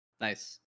Nice